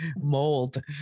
mold